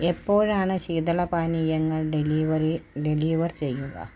എപ്പോഴാണ് ശീതളപാനീയങ്ങൾ delivery deliver ചെയ്യുക